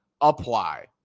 apply